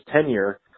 tenure